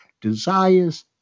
desires